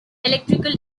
electrical